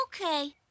Okay